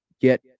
get